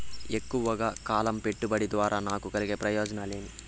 ఎక్కువగా కాలం పెట్టుబడి ద్వారా నాకు కలిగే ప్రయోజనం ఏమి?